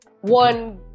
One